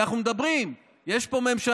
כי אנחנו מדברים: יש פה ממשלה,